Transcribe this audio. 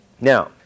Now